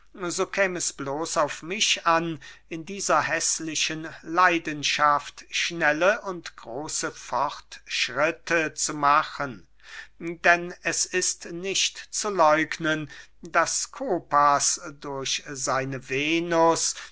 es bloß auf mich an in dieser häßlichen leidenschaft schnelle und große fortschritte zu machen denn es ist nicht zu läugnen daß skopas durch seine venus